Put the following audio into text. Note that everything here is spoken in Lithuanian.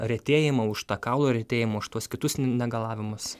retėjimą už tą kaulų retėjimą už tuos kitus negalavimus